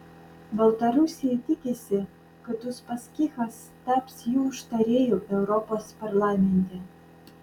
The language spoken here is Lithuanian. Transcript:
baltarusija tikisi kad uspaskichas taps jų užtarėju europos parlamente